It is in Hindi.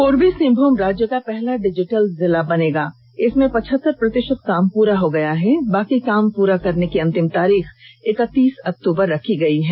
पूर्वी सिंहभूम राज्य का पहला डिजिटल जिला बनेगा इसमें पचहतर प्रतिशत काम पूरा हो गया है शेष काम पूरा करने की अंतिम तारीख इकतीस अक्टूबर रखी गई है